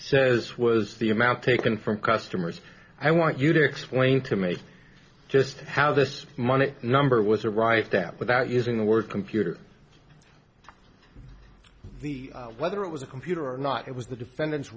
says was the amount taken from customers i want you to explain to me just how this money number was arrived at without using the word computer the whether it was a computer or not it was the defendant's